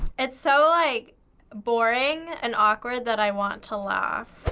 it's so like boring and awkward that i want to laugh.